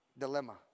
dilemma